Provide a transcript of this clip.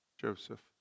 Joseph